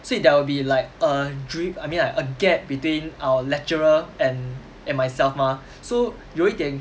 所以 there will be like a dre~ I mean like a gap between our lecturer and and myself mah so 有一点